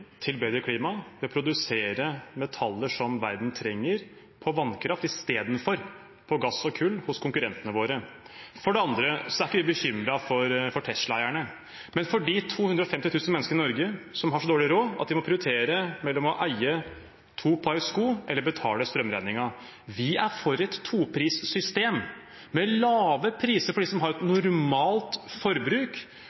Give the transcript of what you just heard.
til bedre klima ved å produsere metaller som verden trenger, på vannkraft istedenfor på gass og kull som hos konkurrentene våre. For det andre er vi ikke bekymret for Tesla-eierne, men for de 250 000 menneskene i Norge som har så dårlig råd at de må prioritere mellom å eie to par sko og å betale strømregningen. Vi er for et toprissystem med lave priser for dem som har et